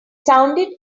sounded